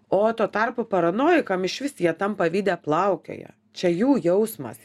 o tuo tarpu paranojikam išvis jie tam pavyde plaukioja čia jų jausmas